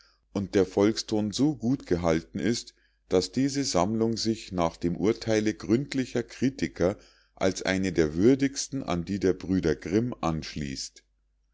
und der volkston so gut gehalten ist so daß diese sammlung sich nach dem urtheile gründlicher kritiker als eine der würdigsten an die der brüder grimm anschließt